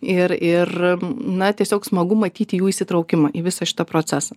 ir ir na tiesiog smagu matyti jų įsitraukimą į visą šitą procesą